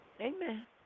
Amen